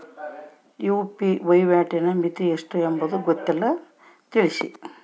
UPI ವಹಿವಾಟಿನ ಮಿತಿ ಎಷ್ಟು ಎಂಬುದು ಗೊತ್ತಿಲ್ಲ? ತಿಳಿಸಿ?